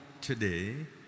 today